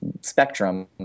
spectrum